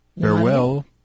farewell